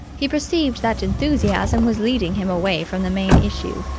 he perceived that enthusiasm was leading him away from the main issue.